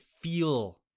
feel